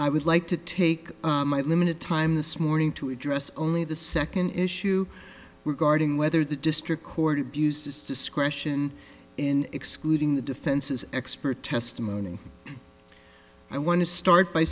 i would like to take my limited time this morning to address only the second issue regarding whether the district court abused its discretion in excluding the defense's expert testimony i want to start by